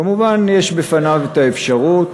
כמובן, יש בפניו האפשרות